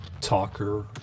talker